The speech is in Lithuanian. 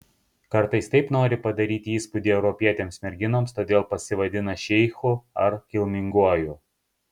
kartais taip nori padaryti įspūdį europietėms merginoms todėl pasivadina šeichu ar kilminguoju